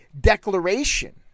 declaration